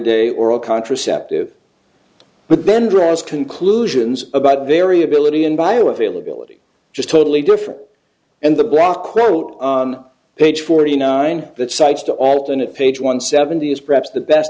day or a contraceptive but then dress conclusions about variability in bioavailability just totally different and the blockquote on page forty nine that cites to alternate page one seventy is perhaps the best